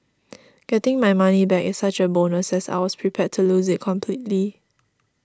getting my money back is such a bonus as I was prepared to lose it completely